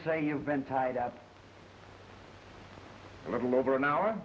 say you've been tied up a little over an hour